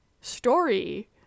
story